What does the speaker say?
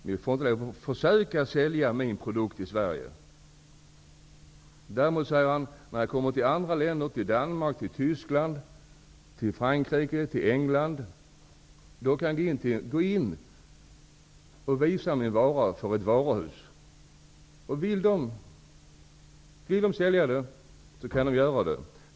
Jag får inte ens försöka sälja min produkt i Sverige. När jag däremot kommer till andra länder -- till Danmark, Tyskland, Frankrike eller England -- kan jag gå in och visa min vara för ett varuhus, och om man där vill sälja den, kan man också göra det.